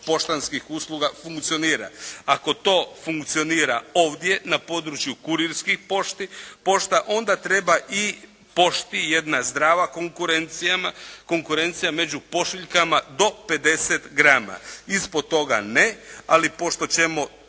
poštanskih usluga funkcionira. Ako to funkcionira ovdje na području kurirskih pošta, onda treba i pošti jedna zdrava konkurencija među pošiljkama do 50g. Ispod toga ne, ali pošto ćemo